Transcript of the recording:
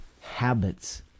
Habits